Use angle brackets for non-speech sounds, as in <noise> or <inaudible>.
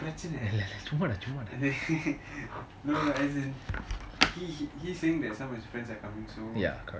no no no <laughs> he he he's saying that some of his friends are coming so